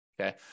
Okay